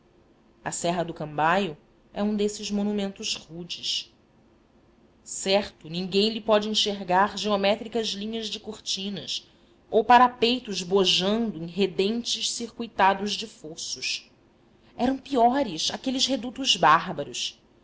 a serra do cambaio é um desses monumentos rudes certo ninguém lhe pode enxergar geométricas linhas de cortinas ou parapeitos bojando em rebentes circuitados de fossos eram piores aqueles redutos bárbaros